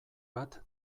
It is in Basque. bat